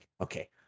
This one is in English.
Okay